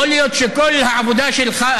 יכול להיות שכל העבודה שלך,